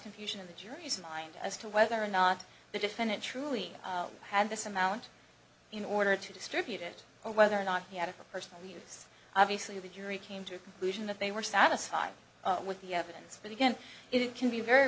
confusion in the jury's mind as to whether or not the defendant truly had this amount in order to distribute it whether or not he had a personal use obviously the jury came to a conclusion that they were satisfied with the evidence but again it can be very